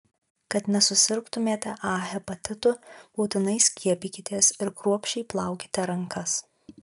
kad nesusirgtumėte a hepatitu būtinai skiepykitės ir kruopščiai plaukite rankas